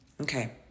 Okay